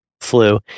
flu